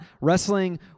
wrestling